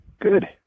Good